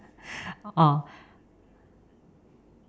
orh